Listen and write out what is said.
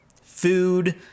food